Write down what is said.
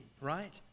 right